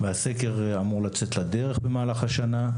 והסקר אמור לצאת לדרך במהלך השנה.